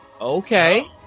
Okay